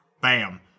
Bam